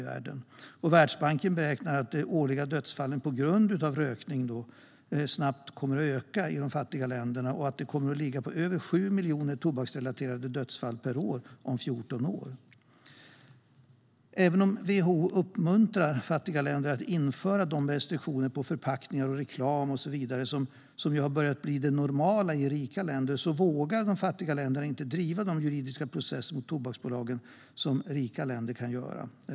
Världsbanken beräknar att de årliga dödsfallen på grund av rökning snabbt ökar i dessa länder och kommer att ligga på över 7 miljoner tobaksrelaterade dödsfall per år om 14 år. Även om WHO uppmuntrar fattiga länder att införa de restriktioner på förpackningar, reklam och så vidare som börjar bli det normala i rika länder vågar de fattiga länderna inte driva de juridiska processer mot tobaksbolagen som rika länder gör.